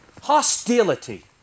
hostility